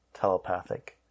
telepathic